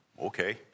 okay